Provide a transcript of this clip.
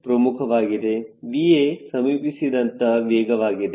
VA ಸಮೀಪಿಸಿದಂತ ವೇಗವಾಗಿದೆ